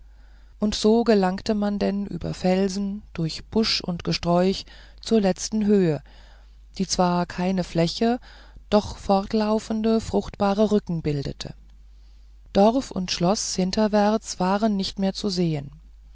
und so gelangte man denn über felsen durch busch und gesträuch zur letzten höhe die zwar keine fläche doch fortlaufende fruchtbare rücken bildete dorf und schloß hinterwärts waren nicht mehr zu sehen